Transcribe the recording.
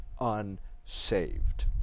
unsaved